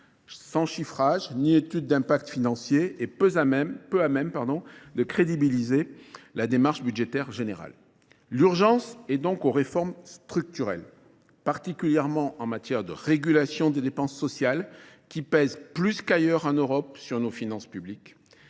sans chiffrage, ni études d'impact financier et peu à même de crédibiliser la démarche budgétaire générale. L'urgence est donc aux réformes structurelles, particulièrement en matière de régulation des dépenses sociales, qui pèsent plus qu'ailleurs en Europe sur nos finances publiques.